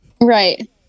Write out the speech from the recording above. Right